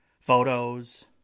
photos